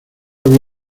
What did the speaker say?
había